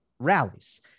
rallies